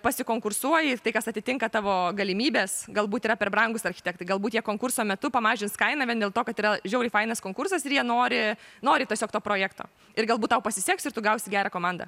pasikonkursuoji tai kas atitinka tavo galimybes galbūt yra per brangūs architektai galbūt jie konkurso metu pamažins kainą vien dėl to kad yra žiauriai fainas konkursas ir jie nori nori tiesiog to projekto ir galbūt tau pasiseks ir tu gausi gerą komandą